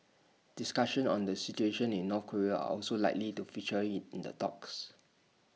discussions on the situation in North Korea are also likely to feature in in the talks